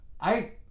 I-